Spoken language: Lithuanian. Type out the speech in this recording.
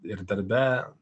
ir darbe